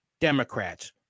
Democrats